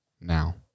now